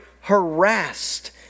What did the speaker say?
harassed